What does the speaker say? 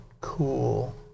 cool